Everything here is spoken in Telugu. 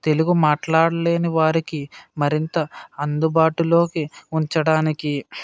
తెలుగు మాట్లాడలేని వారికి మరింత అందుబాటులోకి ఉంచడానికి